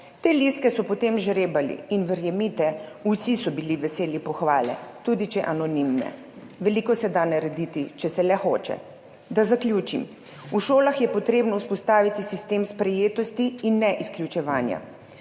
Te listke so potem žrebali in verjemite, vsi so bili veseli pohvale, tudi če anonimne. Veliko se da narediti, če se le hoče. Da zaključim. V šolah je potrebno vzpostaviti sistem sprejetosti in ne izključevanja.